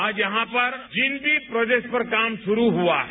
आज यहां पर जिन भी प्रोजेक्ट्स पर काम शुरू हुआ है